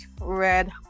red